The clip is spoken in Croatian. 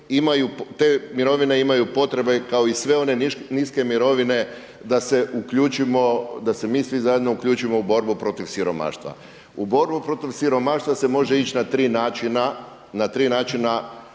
te mirovine imaju potrebe kako i sve one niske mirovine da se uključimo, da se mi svi zajedno uključimo u borbu protiv siromaštva. U borbu protiv siromaštva se može ići na tri načina.